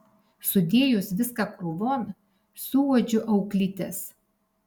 sudėjus viską krūvon suuodžiu auklytes